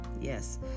Yes